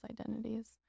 identities